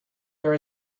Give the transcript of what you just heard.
there